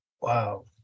Wow